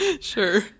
Sure